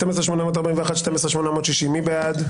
12,781 עד 12,800, מי בעד?